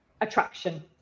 attraction